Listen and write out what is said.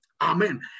Amen